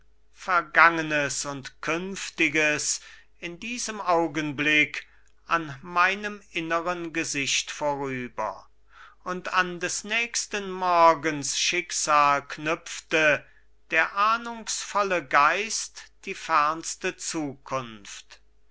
vergangenes und künftiges in diesem augenblick an meinem inneren gesicht vorüber und an des nächsten morgens schicksal knüpfte der ahnungsvolle geist die fernste zukunft